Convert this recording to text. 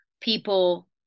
people